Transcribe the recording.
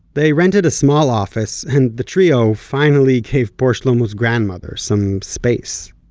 they rented a small office and the trio finally gave poor shlomo's grandmother some space.